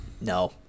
No